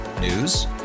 News